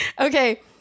Okay